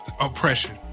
Oppression